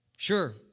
Sure